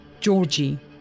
georgie